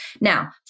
Now